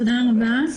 תודה רבה.